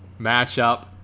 matchup